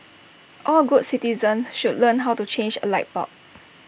all good citizens should learn how to change A light bulb